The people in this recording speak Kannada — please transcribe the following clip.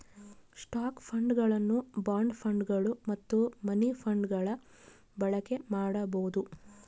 ಸ್ಟಾಕ್ ಫಂಡ್ಗಳನ್ನು ಬಾಂಡ್ ಫಂಡ್ಗಳು ಮತ್ತು ಮನಿ ಫಂಡ್ಗಳ ಬಳಕೆ ಮಾಡಬೊದು